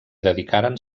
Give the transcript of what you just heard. dedicaren